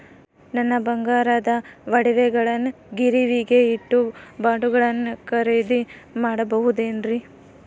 ನನ್ನ ಬಂಗಾರದ ಒಡವೆಗಳನ್ನ ಗಿರಿವಿಗೆ ಇಟ್ಟು ಬಾಂಡುಗಳನ್ನ ಖರೇದಿ ಮಾಡಬಹುದೇನ್ರಿ?